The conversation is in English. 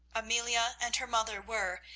amelia and her mother were,